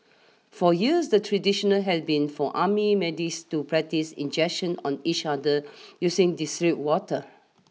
for years the tradition had been for army medics to practise injections on each other using distilled water